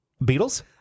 Beatles